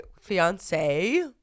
fiance